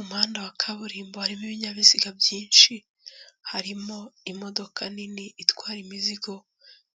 Umuhanda wa kaburimbo harimo ibinyabiziga byinshi harimo imodoka nini itwara imizigo